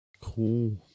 Cool